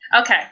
Okay